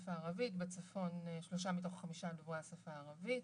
ללא קשר לאוכלוסייה, אחת לשלושה שבועות יש פיקוח.